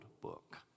book